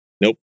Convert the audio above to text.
Nope